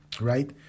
right